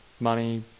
money